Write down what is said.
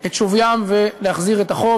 את שוויים ולהחזיר את החוב,